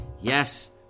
Yes